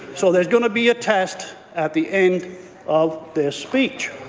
so there's going to be a test at the end of this speech.